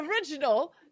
original